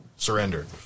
Surrender